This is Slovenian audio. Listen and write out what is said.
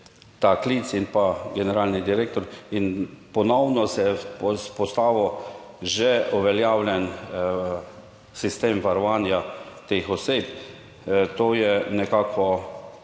ta klic in pa generalni direktor in ponovno se je vzpostavil že uveljavljen sistem varovanja teh oseb. To je nekako